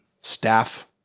staff